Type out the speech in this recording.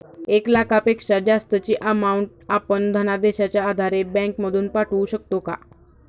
एक लाखापेक्षा जास्तची अमाउंट आपण धनादेशच्या आधारे बँक मधून पाठवू शकतो का?